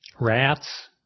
Rats